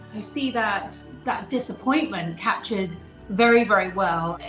you see that that disappointment captured very, very well.